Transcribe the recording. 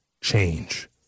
change